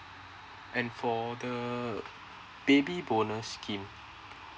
and for the baby bonus scheme